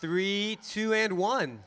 three two and one